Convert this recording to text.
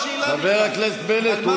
חבר הכנסת בנט.